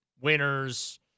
winners